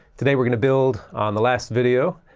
today we're going to build on the last video,